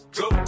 go